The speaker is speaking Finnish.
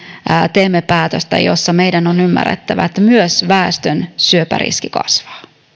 teemme päätöstä josta meidän on ymmärrettävä että myös väestön syöpäriski kasvaa